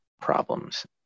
problems